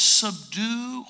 subdue